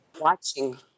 watching